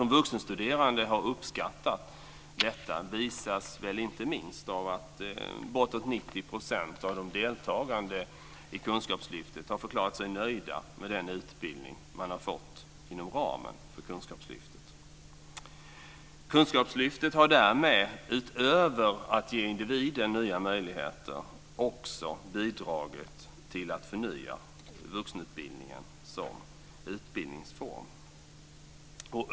Att vuxenstuderande har uppskattat detta visar sig inte minst i att bortåt 90 % av alla deltagande i Kunskapslyftet har förklarat sig nöjda med den utbildning de fått inom ramen för Kunskapslyftet har därmed utöver att ge individen nya möjligheter också bidragit till att förnya vuxenutbildningen som utbildningsform.